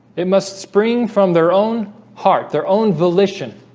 it must spring from their own heart their own volition